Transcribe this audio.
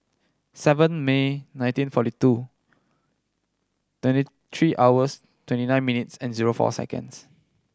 seven May nineteen forty two twenty three hours twenty nine minutes and zero four seconds